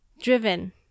driven